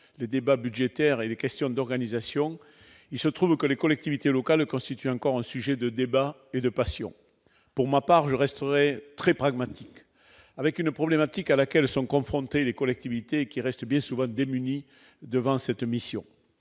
les discussions budgétaires et les questions d'organisation, il se trouve que les collectivités locales constituent encore un sujet de débats et de passions. Pour ma part, je resterai très pragmatique en évoquant une problématique à laquelle sont confrontées les collectivités, qui restent bien souvent démunies face à cette mission.